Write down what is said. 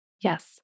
Yes